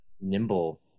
nimble